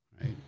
right